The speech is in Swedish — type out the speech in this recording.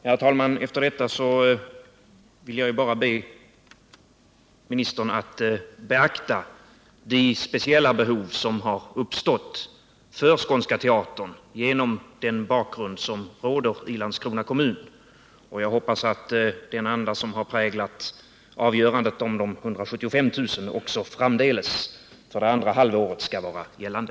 Herr talman! Efter detta vill jag bara be utbildningsministern att beakta de speciella behov som har uppstått för Skånska teatern genom de förhållanden som råder i Landskrona kommun. Jag hoppas att den anda som har präglat avgörandet om de 175 000 kronorna också skall vara gällande för andra halvåret 1979.